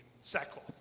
sackcloth